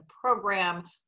program